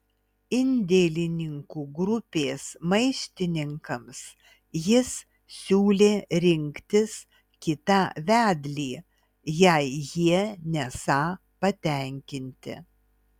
indėlininkų grupės maištininkams jis siūlė rinktis kitą vedlį jei jie nesą patenkinti